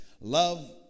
Love